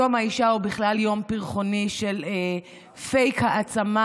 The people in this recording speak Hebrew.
יום האישה הוא בכלל יום פרחוני של פייק העצמה